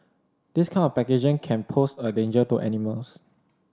this kind of packaging can pose a danger to animals